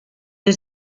der